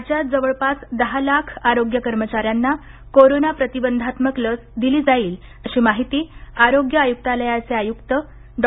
राज्यात जवळपास दहा लाख आरोग्य कर्मचाऱ्यांना कोरोना प्रतिबंधात्मक लस दिली जाईल अशी माहिती आरोग्य आयुक्तालयाचे आयुक्त डॉ